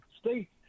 States